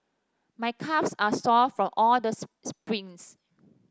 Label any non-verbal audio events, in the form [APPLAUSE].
my calves are sore from all the [UNINTELLIGIBLE] sprints